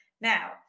now